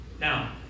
Now